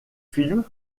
films